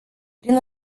prin